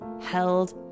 held